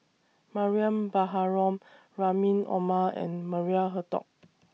Mariam Baharom Rahim Omar and Maria Hertogh